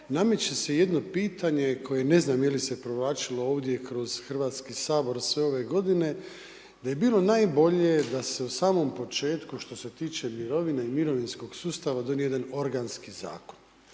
nameće se jedno pitanje koje ne znam je li se provlačilo ovdje kroz hrvatski sabor sve ove godine da bi bilo najbolje da se u samom početku što se tiče mirovina i mirovinskog sustava donese jedan organski zakon.